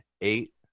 eight